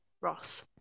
Ross